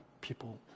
people